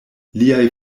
liaj